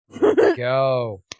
Go